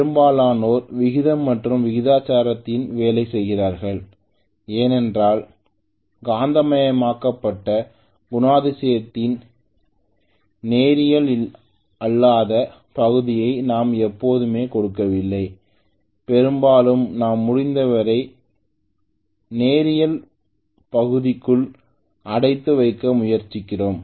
பெரும்பாலோர் விகிதம் மற்றும் விகிதாச்சாரத்தில் வேலை செய்கிறார்கள் ஏனென்றால் காந்தமயமாக்கல் குணாதிசயத்தின் நேரியல் அல்லாத பகுதியை நாம் எப்போதுமே கொடுக்கவில்லை பெரும்பாலும் நாம் முடிந்தவரை நேரியல் பகுதிக்குள் அடைத்து வைக்க முயற்சிக்கிறோம்